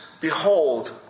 behold